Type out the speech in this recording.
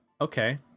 Okay